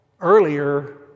earlier